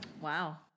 Wow